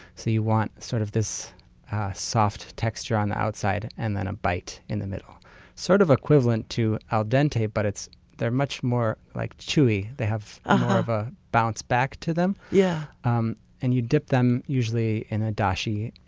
so you want sort of this soft texture on the outside and then a bite in the middle sort of equivalent to al dente, but they're much more like chewy. they have more ah of a bounce back to them. yeah um and you dip them usually in a dashi,